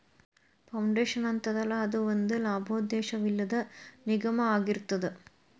foundation ಅಂತದಲ್ಲಾ, ಅದು ಒಂದ ಲಾಭೋದ್ದೇಶವಿಲ್ಲದ್ ನಿಗಮಾಅಗಿರ್ತದ